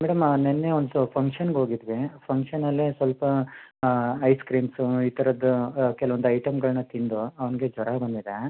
madam ನಾನು ನಿನ್ನೆ ಒಂದು ಫಂಕ್ಷನ್ಗೆ ಹೋಗಿದ್ವಿ ಫಂಕ್ಷನಲ್ಲಿ ಸ್ವಲ್ಪ ಐಸ್ ಕ್ರೀಮ್ಸ್ ಈ ಥರದ್ದು ಕೆಲವೊಂದು ಐಟಮ್ಗಳನ್ನು ತಿಂದು ಅವನಿಗೆ ಜ್ವರ ಬಂದಿದೆ